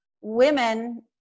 women